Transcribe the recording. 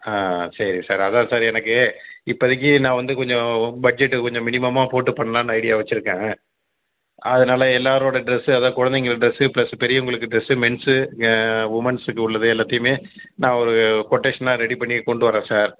சரி சார் அதான் சார் எனக்கு இப்போதைக்கு நான் வந்து கொஞ்சம் பஜ்ஜெட்டு கொஞ்சம் மினிமமாக போட்டு பண்ணலாம்னு ஐடியா வச்சுருக்கேன் அதனால் எல்லோரோட டிரெஸ்ஸு அதான் குழந்தைங்க டிரெஸ்ஸு பிளஸ் பெரியவங்களுக்கு டிரெஸ்ஸு மென்ஸ்ஸு உமன்ஸுக்கு உள்ளது எல்லாத்தையும் நான் ஒரு கொட்டேஷனாக ரெடி பண்ணி கொண்டு வரேன் சார்